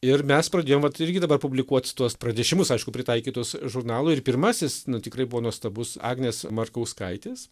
ir mes pradėjom vat irgi dabar publikuot tuos pranešimus aišku pritaikytus žurnalui ir pirmasis nu tikrai buvo nuostabus agnės markauskaitės